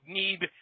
need